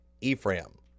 Ephraim